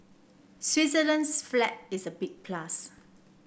Switzerland's flag is a big plus